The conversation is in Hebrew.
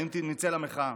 האם נצא למחאה?